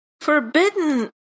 Forbidden